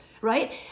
right